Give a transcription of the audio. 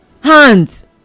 hands